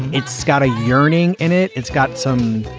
it's got a yearning in it it's got some